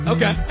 Okay